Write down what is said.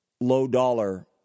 low-dollar